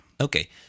Okay